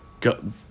go